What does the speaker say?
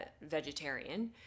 vegetarian